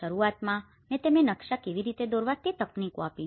શરૂઆતમાં મેં તેમને નકશા કેવી રીતે દોરવા તે માટેની તકનીકો આપી છે